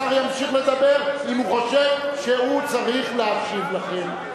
השר ימשיך לדבר אם הוא חושב שהוא צריך להשיב לכם.